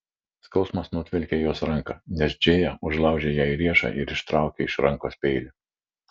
skausmas nutvilkė jos ranką nes džėja užlaužė jai riešą ir ištraukė iš rankos peilį